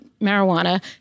marijuana